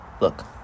Look